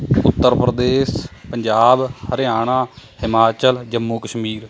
Uttar Pradesh Punjab Haryana Himachal Jammu Kashmir